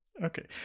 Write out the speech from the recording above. Okay